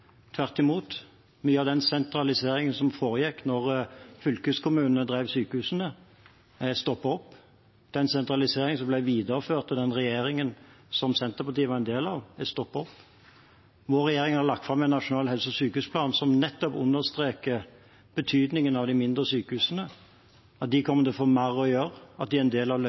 tvert imot. Mye av sentraliseringen som foregikk da fylkeskommunene drev sykehusene, er stoppet opp. Den sentraliseringen som ble videreført av den regjeringen som Senterpartiet var en del av, er stoppet opp. Vår regjering har lagt fram en nasjonal helse- og sykehusplan som nettopp understreker betydningen av de mindre sykehusene, at de kommer til å få mer å gjøre, og at de er en del av